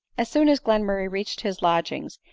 as soon as glenmurray reached his lodgings,